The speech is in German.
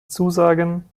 zusagen